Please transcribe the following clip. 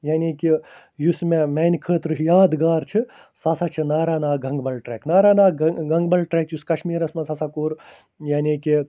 یعنی کہِ یُس مےٚ میٛانہِ خٲطرٕ چھِ یادگار چھِ سُہ ہسا چھِ ناراناگ گَنٛگبَل ٹرٛٮ۪ک ناراناگ گَنٛگبَل ٹرٛٮ۪ک یُس کشمیٖرَس منٛز ہسا کوٚر یعنی کہِ